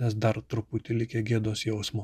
nes dar truputį likę gėdos jausmo